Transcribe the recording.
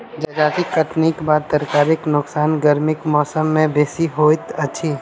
जजाति कटनीक बाद तरकारीक नोकसान गर्मीक मौसम मे बेसी होइत अछि